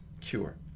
cure